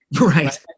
Right